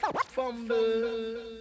fumble